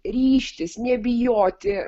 ryžtis nebijoti